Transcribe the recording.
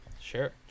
Sure